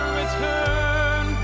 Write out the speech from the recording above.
return